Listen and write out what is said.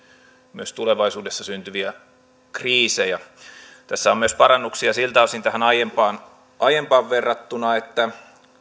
myös tulevaisuudessa syntyviä kriisejä tässä on myös parannuksia siltä osin tähän aiempaan aiempaan verrattuna että